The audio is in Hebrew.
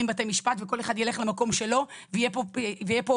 בתי משפט וכל אחד ילך למקום שלו ויהיו פה פסיקות